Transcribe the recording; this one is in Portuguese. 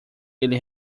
ele